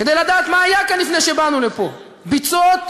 כדי לדעת מה היה כאן לפני שבאנו לפה: ביצות,